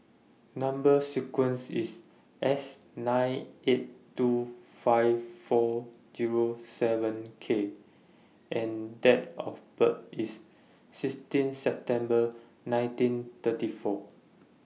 Number sequence IS S nine eight two five four Zero seven K and Date of birth IS sixteen September nineteen thirty four